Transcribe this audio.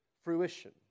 fruition